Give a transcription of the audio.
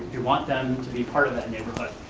we want them to be part of that neighborhood,